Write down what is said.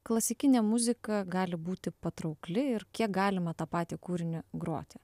klasikinė muzika gali būti patraukli ir kiek galima tą patį kūrinį groti